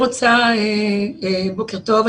בוקר טוב,